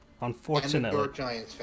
unfortunately